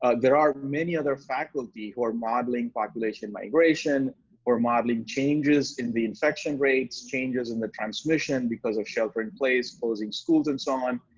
ah there are many other faculty who are modeling, population migration or modeling changes in the infection rates, changes in the transmission, because of shelter-in-place, closing schools and so on,